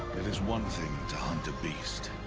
it is one thing to hunt a beast.